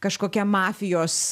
kažkokia mafijos